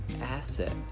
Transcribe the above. asset